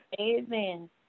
Amen